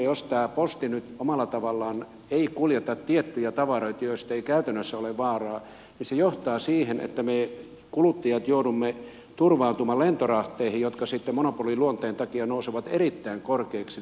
jos tämä posti nyt omalla tavallaan ei kuljeta tiettyjä tavaroita joista ei käytännössä ole vaaraa niin se johtaa siihen että me kuluttajat joudumme turvautumaan lentorahteihin jotka sitten monopoliluonteen takia nousevat erittäin korkeiksi